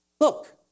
Look